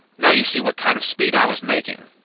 now you see what kind of speed i was making.